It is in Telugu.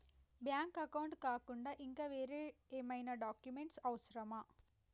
బ్యాంక్ అకౌంట్ కాకుండా ఇంకా వేరే ఏమైనా డాక్యుమెంట్స్ అవసరమా?